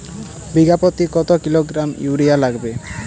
বিঘাপ্রতি কত kilogram urea লাগবে?